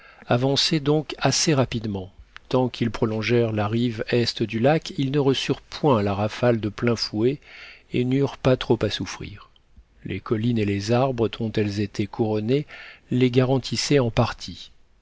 avançaient donc assez rapidement tant qu'ils prolongèrent la rive est du lac ils ne reçurent point la rafale de plein fouet et n'eurent pas trop à souffrir les collines et les arbres dont elles étaient couronnées les garantissaient en partie